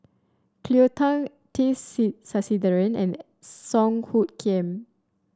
Cleo Thang T Sasitharan and Song Hoot Kiam